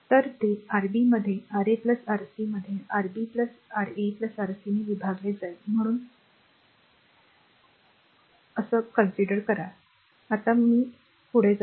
तर ते Rb मध्ये Ra Rc मध्ये Rb Ra Rc ने विभागले जाईल म्हणून ते साफ करा आणि त्याकडे जा